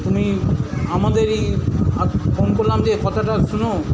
তুমি আমাদের এই ফোন করলাম যে কথাটা শোনো